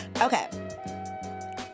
Okay